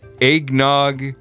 eggnog